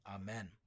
Amen